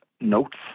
notes